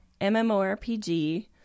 MMORPG